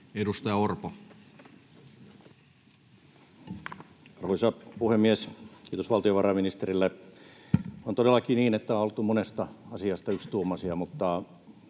Content: Arvoisa puhemies! Kiitos valtiovarainministerille. On todellakin niin, että on oltu monesta asiasta yksituumaisia, mutta